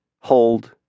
hold